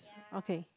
okay